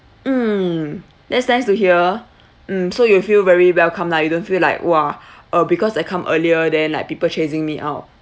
mm that's nice to hear mm so you feel very welcomed lah you don't feel like !wah! uh because I come earlier then like people chasing me out